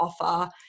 offer